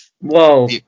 Whoa